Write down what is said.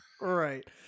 right